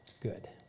good